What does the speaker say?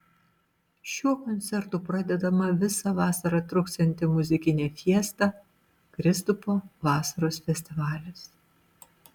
šiuo koncertu pradedama visą vasarą truksianti muzikinė fiesta kristupo vasaros festivalis